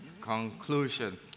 conclusion